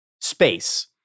space